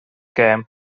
gêm